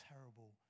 terrible